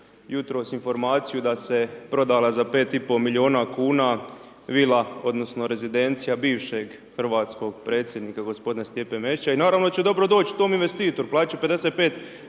jutros informaciju, da se prodala za 5,5 milijuna kuna vila, odnosno, rezidencija bivšeg hrvatskog predsjednika, gospodina Stipe Mesića i naravno da će dobro doći tom investitoru, platiti će 55 tisuća